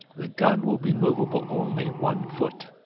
the gun will be movable only one foot.